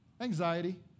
Anxiety